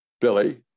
Billy